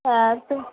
হ্যাঁ তো